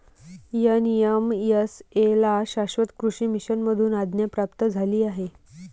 NMSA ला शाश्वत कृषी मिशन मधून आज्ञा प्राप्त झाली आहे